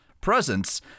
presence